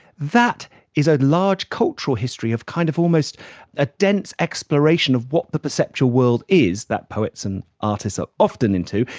that is a large cultural history of kind of almost a dense exploration of what the perceptual world is that poets and artists are often into.